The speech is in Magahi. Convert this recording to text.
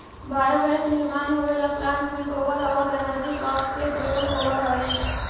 बायोगैस निर्माण होवेला प्लांट में गोबर औउर एनर्जी क्रॉप्स के प्रयोग होवऽ हई